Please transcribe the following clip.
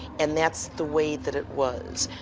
and that's the way that it was.